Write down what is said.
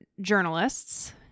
journalists